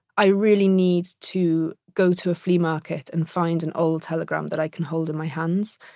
i really need to go to a flea market and find an old telegram that i can hold in my hands,